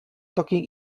taking